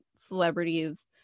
celebrities